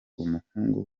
umuhungu